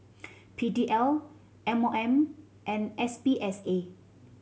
P D L M O M and S P S A